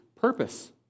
purpose